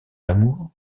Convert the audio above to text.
d’amour